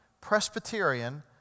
Presbyterian